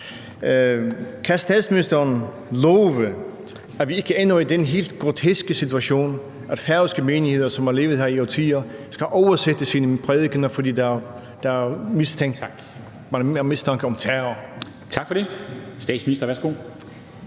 Kan statsministeren love, at vi ikke ender i den helt groteske situation, at færøske menigheder, som har befundet sig her i årtier, skal oversætte deres prædikener, fordi man har mistanke om terror? Kl. 13:26 Formanden (Henrik